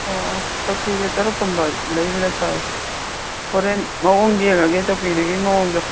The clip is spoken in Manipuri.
ꯑꯣ ꯑꯣ ꯆꯧꯀ꯭ꯔꯤꯁꯦ ꯇꯔꯨꯛ ꯀꯨꯝꯕ ꯂꯩꯕꯅ ꯐꯩ ꯍꯣꯔꯦꯟ ꯃꯑꯣꯡ ꯌꯦꯡꯉꯒꯦ ꯆꯧꯀ꯭ꯔꯤꯗꯨꯒꯤ ꯃꯑꯣꯡꯗꯣ